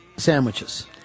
sandwiches